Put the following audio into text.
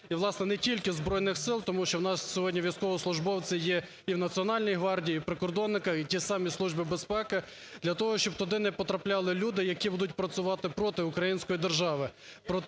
і, власне не тільки Збройних Сил, тому що у нас сьогодні військовослужбовці є і в Національній гвардії, і в прикордонників, і тій же самі Службі безпеки для того, щоб туди не потрапляли люди, які будуть працювати проти української держави.